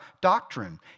doctrine